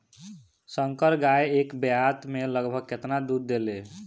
संकर गाय एक ब्यात में लगभग केतना दूध देले?